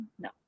no